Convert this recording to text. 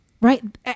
right